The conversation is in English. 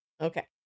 okay